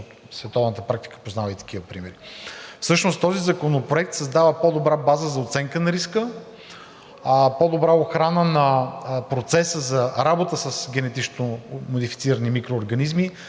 световната практика познава и такива примери. Всъщност този законопроект създава по-добра база за оценка на риска, по-добра охрана на процеса за работа с генетично модифицирани микроорганизми.